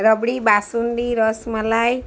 rabri basundi rasmalai